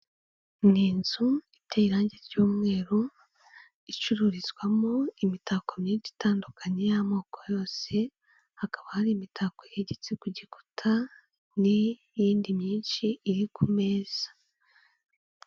Ni inzu iteye irangi ry'umweru, icururizwamo imitako myinshi itandukanye y'amoko yose, hakaba hari imitako yegetse ku gikuta, n'iyindi myinshi iri ku meza.